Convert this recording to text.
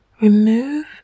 remove